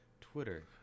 Twitter